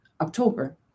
October